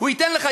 והוא ייתן לך,